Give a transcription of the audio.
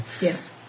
Yes